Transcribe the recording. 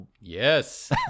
Yes